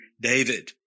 David